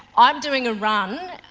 i'm doing a run